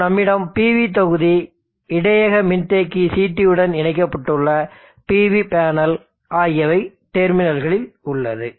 மற்றும் நம்மிடம் PV தொகுதி இடையக மின்தேக்கி CT உடன் இணைக்கப்பட்டுள்ள PVபேனல் ஆகியவை டெர்மினல்களில் உள்ளது